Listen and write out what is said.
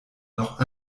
noch